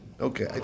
Okay